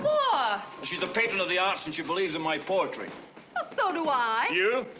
ah she's a patron of the arts, and she believes in my poetry. well, so do i. you?